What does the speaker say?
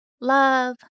love